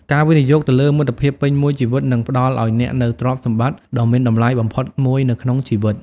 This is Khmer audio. ការវិនិយោគទៅលើមិត្តភាពពេញមួយជីវិតនឹងផ្តល់ឲ្យអ្នកនូវទ្រព្យសម្បត្តិដ៏មានតម្លៃបំផុតមួយនៅក្នុងជីវិត។